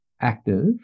active